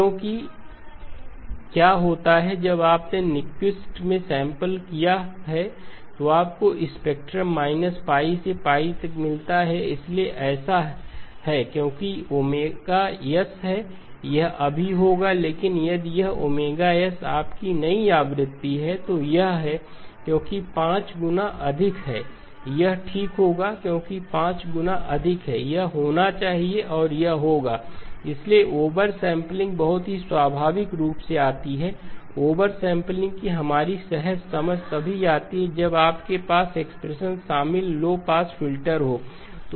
क्योंकि क्या होता है जब आपने इसे न्यूक्विस्ट में सैंपल किया है तो आपको स्पेक्ट्रम π से तक मिलता है इसलिए ऐसा इसलिए है क्योंकि यहΩs है यह अभी Ωs2 होगा लेकिन यदि यह Ωs आपकी नई आवृत्ति है तो यह है क्योंकि 5 गुना अधिक है यह Ωs10 ठीक होगा क्योंकि 5 गुना अधिक है यह होना चाहिए और यह होगा Ωs10 इसलिए ओवर सैंपलिंग बहुत ही स्वाभाविक रूप से आती है ओवर सैंपलिंग की हमारी सहज समझ तभी आती है जब आपके पास एक्सप्रेशन में शामिल लो पास फिल्टर हो